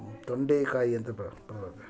ತೊಂಡೇಕಾಯಿ ಅಂತ ಬರ್ತದೆ